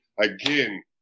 Again